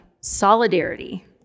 solidarity